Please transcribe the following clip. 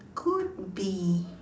could be